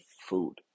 food